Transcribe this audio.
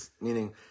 Meaning